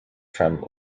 from